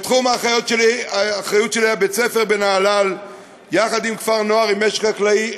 ובתחום האחריות שלי היה בית-ספר בנהלל יחד עם כפר-נוער עם משק חקלאי,